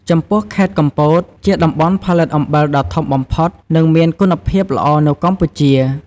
ចំពោះ ខេត្តកំពត ជាតំបន់ផលិតអំបិលដ៏ធំបំផុត និងមានគុណភាពល្អនៅកម្ពុជា។